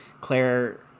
claire